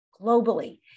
Globally